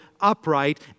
upright